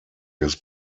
his